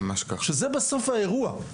שזה בסוף האירוע.